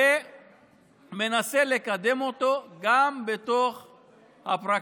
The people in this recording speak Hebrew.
ומנסה לקדם אותו גם בתוך הפרקליטות.